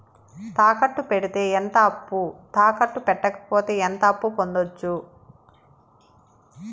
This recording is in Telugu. తాకట్టు పెడితే ఎంత అప్పు, తాకట్టు పెట్టకపోతే ఎంత అప్పు పొందొచ్చు?